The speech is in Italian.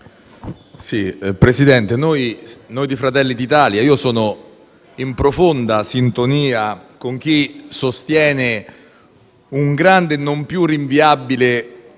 Presidente, noi di Fratelli d'Italia siamo in profonda sintonia con chi sostiene un grande e non più rinviabile